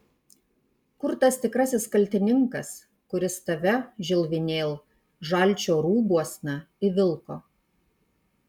kur tas tikrasis kaltininkas kuris tave žilvinėl žalčio rūbuosna įvilko